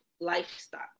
lifestyle